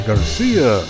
Garcia